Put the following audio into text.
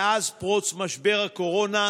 מאז פרוץ משבר הקורונה,